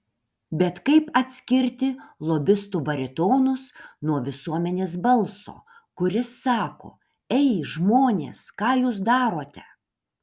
bet kaip atskirti lobistų baritonus nuo visuomenės balso kuris sako ei žmonės ką jūs darote